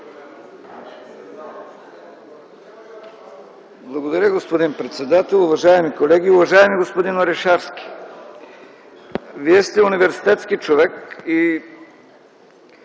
Благодаря, господин председател. Уважаеми колеги, уважаеми господин Орешарски! Вие сте университетски човек и